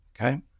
Okay